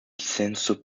senso